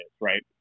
right